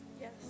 Yes